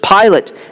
Pilate